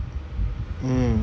mm